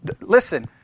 listen